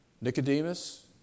Nicodemus